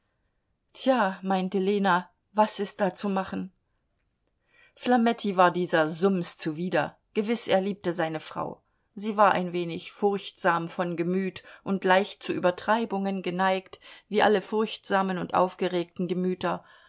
tja meinte lena was ist da zu machen flametti war dieser summs zuwider gewiß er liebte seine frau sie war ein wenig furchtsam von gemüt und leicht zu übertreibungen geneigt wie alle furchtsamen und aufgeregten gemüter